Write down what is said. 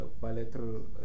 bilateral